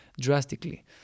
drastically